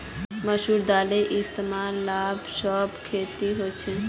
मसूर दालेर इस्तेमाल लगभग सब घोरोत होछे